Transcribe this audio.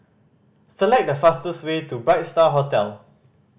select the fastest way to Bright Star Hotel